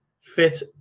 fit